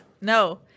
no